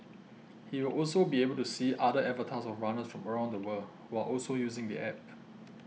he will be able to see other avatars of runners from around the world who are also using the app